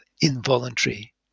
involuntary